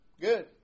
Good